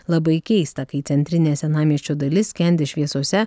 labai keista kai centrinė senamiesčio dalis skendi šviesose